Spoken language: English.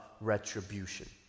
retribution